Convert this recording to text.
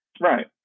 Right